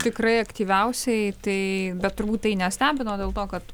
tikrai aktyviausiai tai bet turbūt tai nestebino dėl to kad